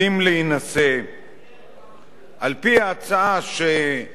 על-פי ההצעה שמביאים לנו חברי הכנסת